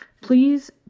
please